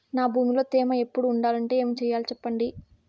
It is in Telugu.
నా భూమిలో తేమ ఎప్పుడు ఉండాలంటే ఏమి సెయ్యాలి చెప్పండి?